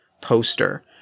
poster